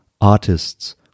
artists